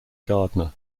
gardner